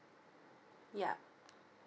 yup